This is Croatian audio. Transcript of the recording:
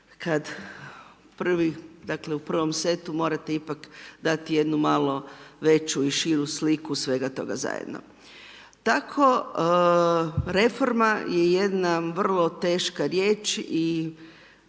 dakle u prvom setu morate ipak dati jednu malo veću i širu sliku svega toga zajedno. Tako reforma je jedna vrlo teška riječ i